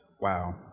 Wow